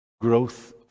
growth